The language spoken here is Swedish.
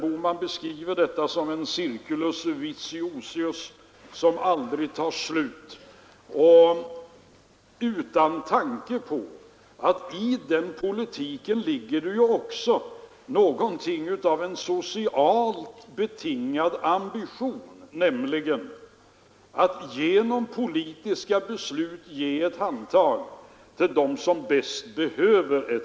Herr Bohman karakteriserar detta som en circulus vitiosus som aldrig tar slut, utan tanke på att i detta också ligger en socialt betingad ambition, nämligen att genom politiska beslut ge ett handtag till dem som bäst behöver det.